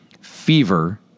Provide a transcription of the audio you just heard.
fever